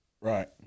Right